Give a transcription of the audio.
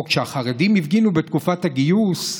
או כשהחרדים הפגינו בתקופת הגיוס,